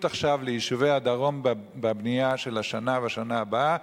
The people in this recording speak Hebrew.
עכשיו ליישובי הדרום בבנייה של השנה והשנה הבאה,